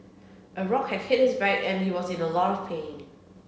a rock had hit his back and he was in a lot of pain